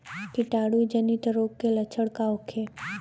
कीटाणु जनित रोग के लक्षण का होखे?